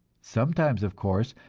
sometimes, of course,